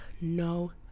no